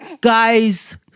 guys